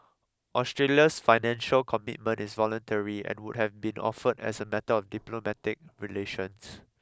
Australia's financial commitment is voluntary and would have been offered as a matter of diplomatic relations